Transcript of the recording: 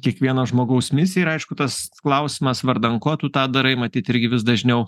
kiekvieno žmogaus misija ir aišku tas klausimas vardan ko tu tą darai matyt irgi vis dažniau